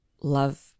love